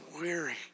weary